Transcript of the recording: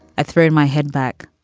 i threw my head back,